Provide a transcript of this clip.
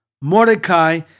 Mordecai